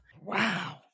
Wow